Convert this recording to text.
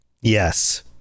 Yes